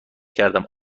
کردم